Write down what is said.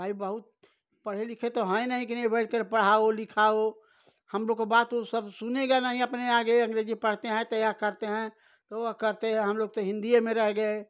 भाई बहुत पढ़े लिखे तो हैं नहीं कि नहीं बैठकर पढ़ाओ लिखाओ हमलोग को बात उत सब सुनेगा नहीं अपने आगे अंग्रेजी पढ़ते हैं तैयार करते हैं तो वह कहते हमलोग तो हिन्दी में ही रह गए